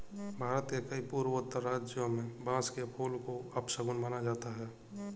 भारत के कई पूर्वोत्तर राज्यों में बांस के फूल को अपशगुन माना जाता है